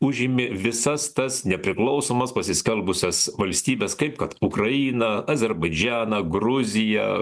užėmė visas tas nepriklausomas pasiskelbusias valstybes kaip kad ukrainą azerbaidžaną gruziją